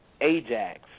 Ajax